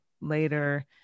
later